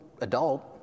adult